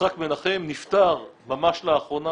יצחק מנחם, נפטר ממש לאחרונה